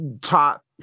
Top